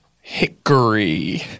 hickory